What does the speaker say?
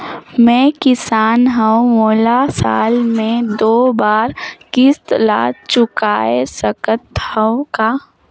मैं किसान हव मोला साल मे दो बार किस्त ल चुकाय सकत हव का?